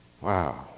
Wow